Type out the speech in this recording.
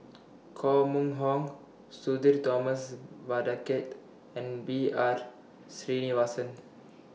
Koh Mun Hong Sudhir Thomas Vadaketh and B R Sreenivasan